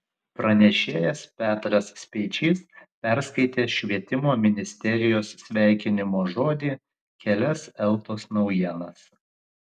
pranešėjas petras speičys perskaitė švietimo ministerijos sveikinimo žodį kelias eltos naujienas